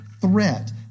threat